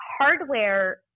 hardware